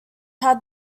had